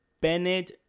Bennett